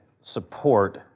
support